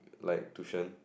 like tuition